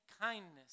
kindness